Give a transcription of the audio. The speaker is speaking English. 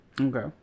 Okay